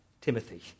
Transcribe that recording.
Timothy